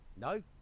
No